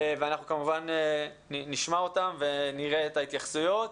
אנחנו כמובן נשמע אותם ונראה את ההתייחסויות.